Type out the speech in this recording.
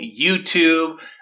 YouTube